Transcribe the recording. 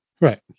right